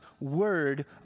Word